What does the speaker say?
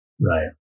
Right